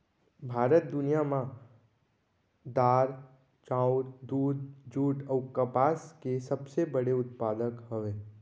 भारत दुनिया मा दार, चाउर, दूध, जुट अऊ कपास के सबसे बड़े उत्पादक हवे